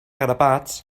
grapats